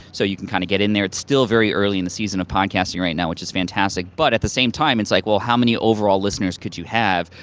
so you can kind of get in there, it's still very early in the season of podcasting right now, which is fantastic. but at the same time, it's like, well how many overall listeners could you have,